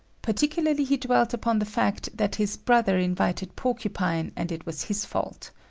particularly he dwelt upon the fact that his brother invited porcupine and it was his fault.